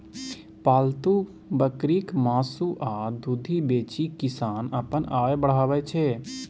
पालतु बकरीक मासु आ दुधि बेचि किसान अपन आय बढ़ाबै छै